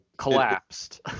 collapsed